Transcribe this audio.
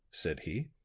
said he.